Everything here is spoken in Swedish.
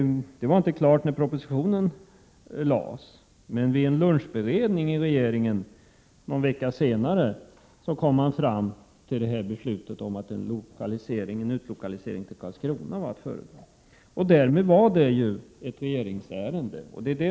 Det var inte klart när propositionen lades fram, men vid regeringens lunchberedning någon vecka senare kom man fram till att en utlokalisering till Karlskrona var att föredra, och därmed var det hela ett regeringsärende.